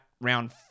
round